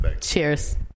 Cheers